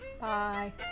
Bye